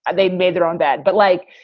and they've made their own bad. but like,